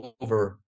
over